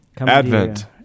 Advent